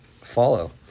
follow